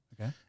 Okay